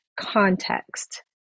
context